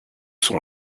son